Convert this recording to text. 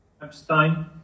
Abstain